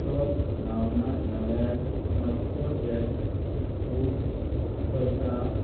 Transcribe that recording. तो झावना जाल्यार मातसो गॅस बूक करता